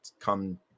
come